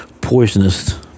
poisonous